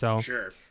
Sure